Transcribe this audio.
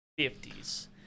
50s